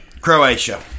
Croatia